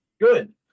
good